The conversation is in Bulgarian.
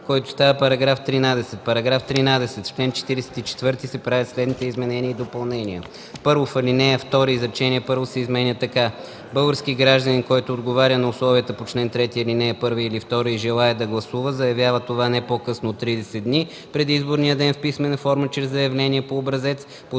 който става § 13: „§ 13. В чл. 44 се правят следните изменения и допълнения: 1. В ал. 2, изречение първо се изменя така: „Български гражданин, който отговаря на условията по чл. 3, ал. 1 или 2 и желае да гласува, заявява това не по-късно от 30 дни преди изборния ден в писмена форма чрез заявление по образец,